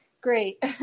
Great